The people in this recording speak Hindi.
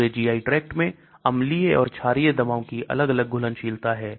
पूरे GI tract में अम्लीय और क्षारीय दवाओं की अलग अलग घुलनशीलता है